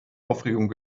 aufregung